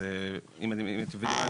אז אתם מבינים?